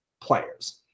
players